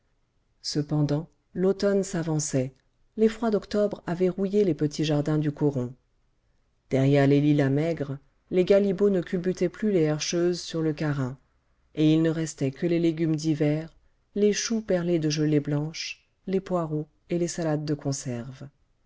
cependant l'automne s'avançait les froids d'octobre avaient rouillé les petits jardins du coron derrière les lilas maigres les galibots ne culbutaient plus les herscheuses sur le carin et il ne restait que les légumes d'hiver les choux perlés de gelée blanche les poireaux et les salades de conserve